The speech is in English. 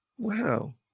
Wow